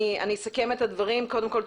אני אסכם את הדברים: קודם כול,